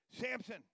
Samson